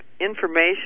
information